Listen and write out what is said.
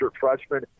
freshman